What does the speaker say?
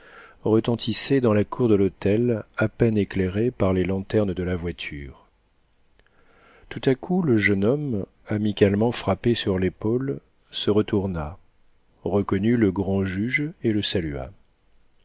retentissaient dans la cour de l'hôtel à peine éclairée par les lanternes de la voiture tout à coup le jeune homme amicalement frappé sur l'épaule se retourna reconnut le grand-juge et le salua